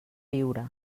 viure